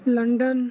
London